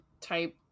type